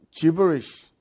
gibberish